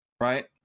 right